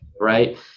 right